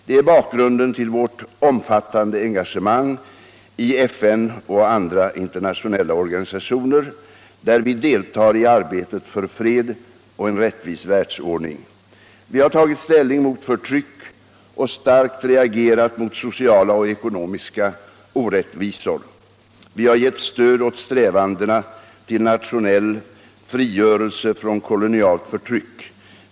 Det är bakgrunden till vårt omfattande engagemang i FN och andra internationella organisationer, där vi deltar i arbetet för fred och en rättvis världsordning. Vi har tagit ställning mot förtryck och starkt reagerat mot sociala och ekonomiska orättvisor. Vi har gett stöd åt strävandena efter nationell frigörelse från kolonialt förtryck.